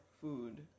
food